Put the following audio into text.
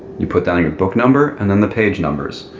you put down your book number and then the page numbers.